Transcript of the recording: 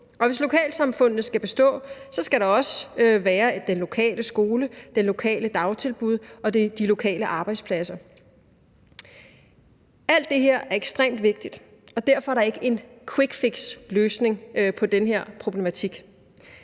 og hvis lokalsamfundene skal bestå, skal der også være en lokal skole, et lokalt dagtilbud og de lokale arbejdspladser. Alt det her er ekstremt vigtigt, og derfor er der ikke en quickfixløsning på den her problematik.